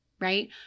right